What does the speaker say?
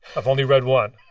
i've only read one